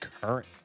current